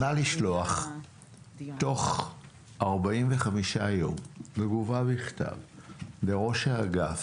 נא לשלוח תוך 45 יום תגובה בכתב לראש האגף,